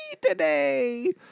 today